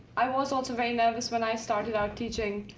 i was also very nervous when i started out teaching.